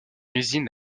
usine